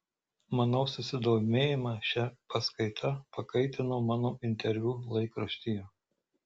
manau susidomėjimą šia paskaita pakaitino mano interviu laikraštyje